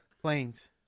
Planes